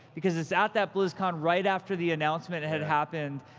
because it's at that blizzcon, right after the announcement had happened.